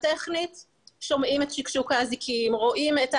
אם אתם לוקחים את זה לתשומת ליבכם ואתם